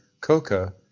coca